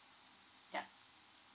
yup